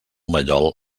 mallol